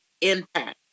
impact